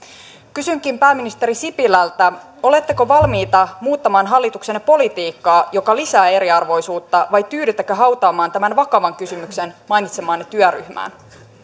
kysynkin pääministeri sipilältä oletteko valmiita muuttamaan hallituksenne politiikkaa joka lisää eriarvoisuutta vai tyydyttekö hautaamaan tämän vakavan kysymyksen mainitsemaanne työryhmään